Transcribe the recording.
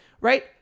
Right